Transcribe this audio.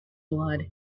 blood